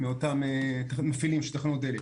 מאותם מפעילים של תחנות דלק.